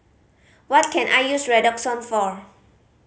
what can I use Redoxon for